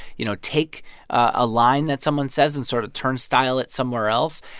you know, take a line that someone says and sort of turnstile it somewhere else.